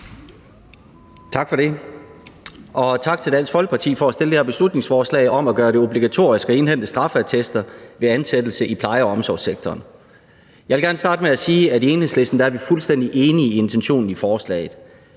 Tak for det, og tak til Dansk Folkeparti for at have fremsat det her beslutningsforslag om at gøre det obligatorisk at indhente straffeattester ved ansættelse i pleje- og omsorgssektoren. Jeg vil gerne starte med at sige, at i Enhedslisten er vi fuldstændig enige i intentionen i forslaget.